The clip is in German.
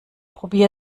probier